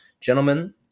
gentlemen